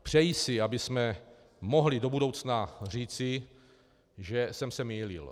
Přeji si, abychom mohli do budoucna říci, že jsem se mýlil.